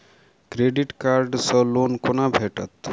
Credit card सँ loan कोना भेटत?